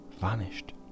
vanished